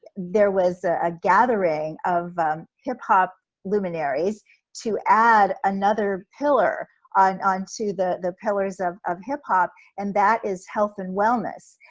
there was a gathering of hip hop luminaries to add another pillar on on to the pillars of of hip hop, and that is health and wellness.